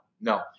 no